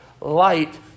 light